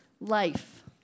life